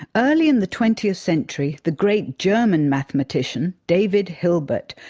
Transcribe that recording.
early in the twentieth century, the great german mathematician, david hilbert,